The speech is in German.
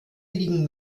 liegen